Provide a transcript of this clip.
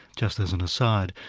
just as an aside,